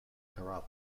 kerala